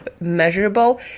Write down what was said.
measurable